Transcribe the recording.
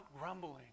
grumbling